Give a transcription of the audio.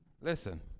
Listen